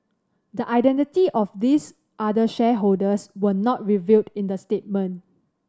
the identity of these other shareholders were not revealed in the statement